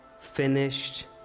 finished